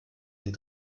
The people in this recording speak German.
sie